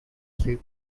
they